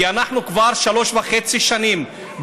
כי אנחנו כבר שלוש וחצי שנים,